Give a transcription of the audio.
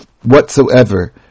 whatsoever